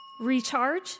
Recharge